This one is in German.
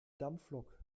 dampflok